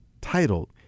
titled